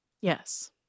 Yes